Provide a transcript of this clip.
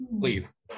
please